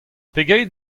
pegeit